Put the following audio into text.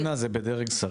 אני אומר זה בדרג שרים.